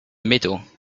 middle